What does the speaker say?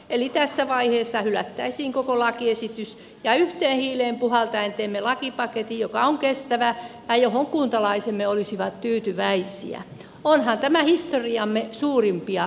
eli tässä vaiheessa hylättäisiin koko lakiesitys ja yhteen hiileen puhaltaen teemme lakipaketin joka on kestävä ja johon kuntalaisemme olisivat tyytyväisiä onhan tämä historiamme suurimpia lakiesityksiä